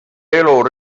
elu